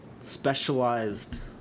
specialized